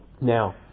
Now